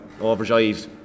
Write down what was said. overjoyed